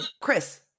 Chris